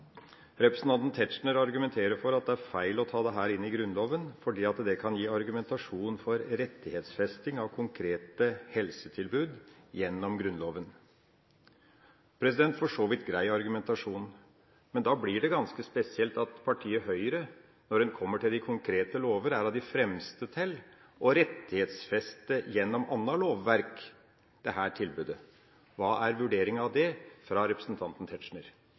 Representanten Tetzschner argumenterer for at det er feil å ta dette inn i Grunnloven, fordi det kan gi argumentasjon for rettighetsfesting av konkrete helsetilbud gjennom Grunnloven. Det er for så vidt en grei argumentasjon, men da blir det ganske spesielt at partiet Høyre, når en kommer til de konkrete lover, er av de fremste til å rettighetsfeste dette tilbudet gjennom annet lovverk. Hva er representanten Tetzschners vurdering av det? Det er jo utmerket at representanten